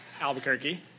Albuquerque